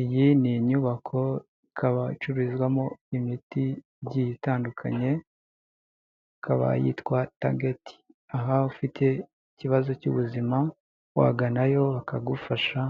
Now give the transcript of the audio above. Iyi ni inyubako, ikaba icururizwamo imiti igiye itandukanye, ikaba yitwa Tageti, aha ufite ikibazo cy'ubuzima waganayo bakagufasha,